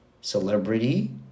celebrity